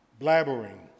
blabbering